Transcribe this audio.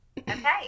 Okay